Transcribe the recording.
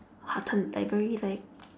hearten like very like